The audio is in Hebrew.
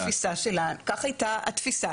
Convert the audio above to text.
כך הייתה התפיסה.